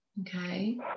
Okay